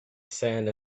sand